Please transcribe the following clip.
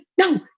no